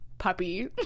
puppy